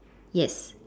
yes